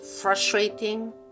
frustrating